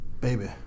Baby